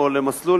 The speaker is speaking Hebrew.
או למסלול,